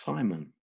Simon